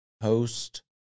host